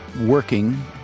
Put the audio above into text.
working